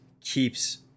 keeps